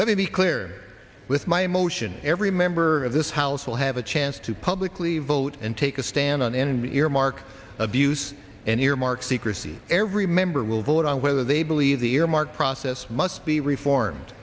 me be clear with my emotion every member of this house will have a chance to publicly vote and take a stand on ending the earmark abuse and earmark secrecy every member will vote on whether they believe the earmark process must be reformed